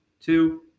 two